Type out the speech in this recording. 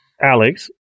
Alex